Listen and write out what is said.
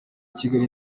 kigali